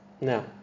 Now